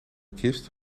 kist